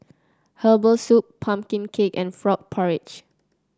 Herbal Soup pumpkin cake and Frog Porridge